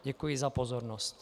Děkuji za pozornost.